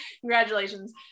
congratulations